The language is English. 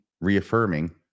reaffirming